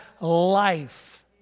life